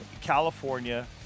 California